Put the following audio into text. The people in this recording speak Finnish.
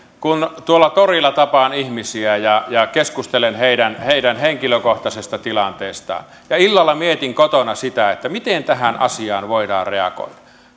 kun tuolla torilla tapaan ihmisiä ja ja keskustelen heidän heidän henkilökohtaisesta tilanteestaan ja illalla mietin kotona sitä miten tähän asiaan voidaan reagoida